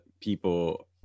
people